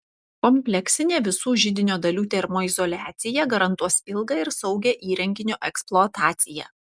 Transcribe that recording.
kompleksinė visų židinio dalių termoizoliacija garantuos ilgą ir saugią įrenginio eksploataciją